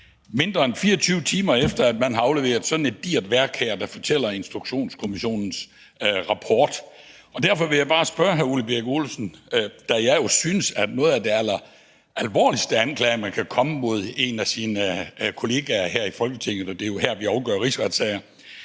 mindre end 24 timer efter at man har afleveret sådan et digert værk som Instrukskommissionens rapport. Derfor vil jeg bare stille hr. Ole Birk Olesen et spørgsmål. Jeg synes jo, at en af de alleralvorligste anklager, man kan komme med mod en af sine kollegaer her i Folketinget – og det er jo her, vi afgør rigsretssager